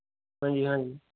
ਹਾਂਜੀ ਹਾਂਜੀ